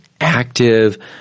active